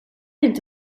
inte